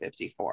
54